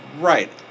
Right